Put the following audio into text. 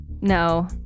no